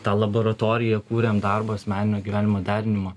tą laboratoriją kuriam darbo ir asmeninio gyvenimo derinimo